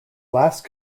last